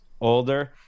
older